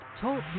talk